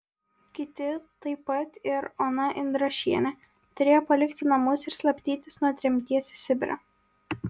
kiti taip pat ir ona indrašienė turėjo palikti namus ir slapstytis nuo tremties į sibirą